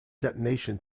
detonation